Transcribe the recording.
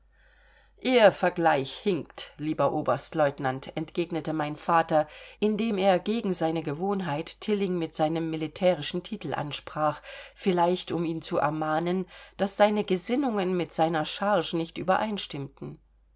ihr vergleich hinkt lieber oberstlieutenant entgegnete mein vater indem er gegen seine gewohnheit tilling mit seinem militärischen titel ansprach vielleicht um ihn zu ermahnen daß seine gesinnungen mit seiner charge nicht übereinstimmten